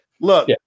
look